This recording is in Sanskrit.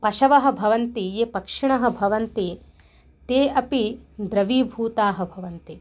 पशवः भवन्ति ये पक्षिणः भवन्ति ते अपि द्रवीभूताः भवन्ति